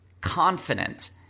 confident